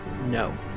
No